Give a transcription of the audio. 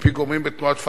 מפי גורמים בתנועת "פתח",